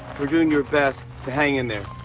for doing your best to hang in there.